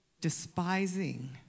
despising